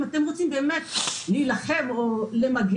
אם אתם רוצים באמת להילחם או למגר,